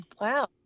Wow